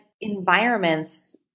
environments